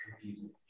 confusing